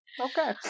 Okay